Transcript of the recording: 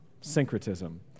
Syncretism